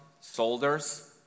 soldiers